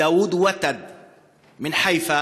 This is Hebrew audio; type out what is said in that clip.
דאוד ותד מחיפה,